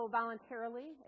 voluntarily